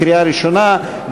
לקריאה ראשונה,